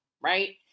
right